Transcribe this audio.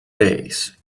days